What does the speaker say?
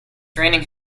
raining